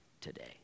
today